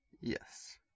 Yes